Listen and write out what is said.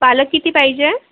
पालक किती पाहिजे आहे